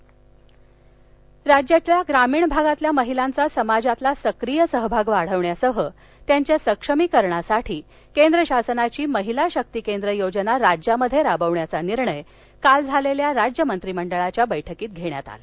मंत्रिमंडळ निर्णय राज्याच्या ग्रामीण भागातील महिलांचा समाजातील सक्रीय सहभाग वाढविण्यासह त्यांच्या सक्षमीकरणासाठी केंद्र शासनाची महिला शक्ती केंद्र योजना राज्यात राबवण्याचा निर्णय काल झालेल्या राज्य मंत्रिमंडळाच्या बैठकीत घेण्यात आला